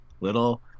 Little